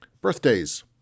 Birthdays